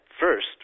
first